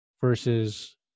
versus